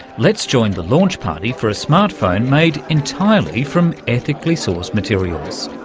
let's join the launch party for a smart phone made entirely from ethically-sourced materials.